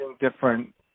different